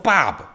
Bob 。